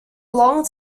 long